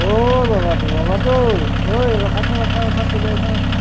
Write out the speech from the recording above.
ও বাবাটো বাবাটো ও ঐ ৰখাচোন ৰখা ৰখা তোৰ গাড়ীখন ৰখা